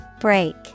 Break